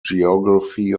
geography